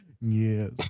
Yes